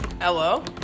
Hello